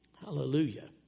Hallelujah